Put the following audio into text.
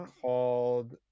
called